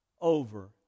over